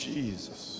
Jesus